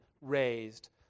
raised